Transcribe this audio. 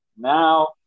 Now